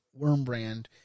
Wormbrand